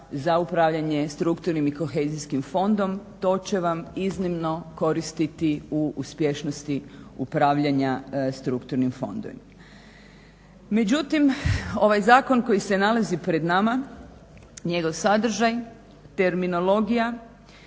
za upravljanje strukturnim i kohezijskim fondom, to će vam iznimno koristiti u uspješnosti upravljanja strukturnim fondovima. Međutim, ovaj zakon koji se nalazi pred nama, njegov sadržaj, terminologija,